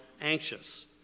anxious